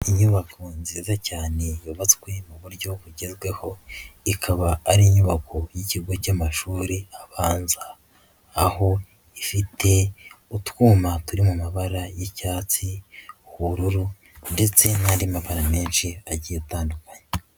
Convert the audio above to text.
Inyubako nziza cyane yubatswe mu buryo bugezweho, ikaba ari inyubako y'ikigo cy'amashuri abanza aho ifite utwuma turi mu mabara y'icyatsi, ubururu ndetse n'andi mabara menshi agiye atandukanye.